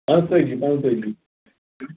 پانٛژتٲجی پانٛژتٲجی